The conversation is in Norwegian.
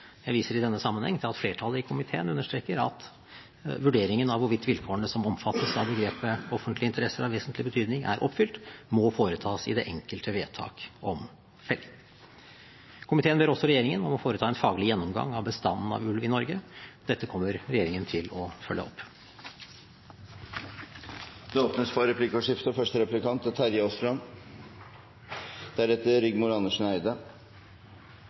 Jeg viser i denne sammenheng til at flertallet i komiteen understreker at vurderingen av hvorvidt vilkårene som omfattes av begrepet offentlige interesser av vesentlig betydning er oppfylt, må foretas i det enkelte vedtak om felling. Komiteen ber også regjeringen om å foreta en faglig gjennomgang av bestanden av ulv i Norge. Dette kommer regjeringen til å følge opp. Det blir replikkordskifte. Jeg har merket meg hva statsråden sa om at regjeringen vil følge opp det som nå er